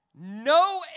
No